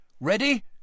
Ready